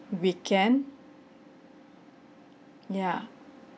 weekend yeah